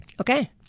okay